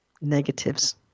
negatives